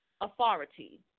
authority